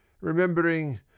remembering